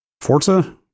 Forza